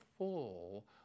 full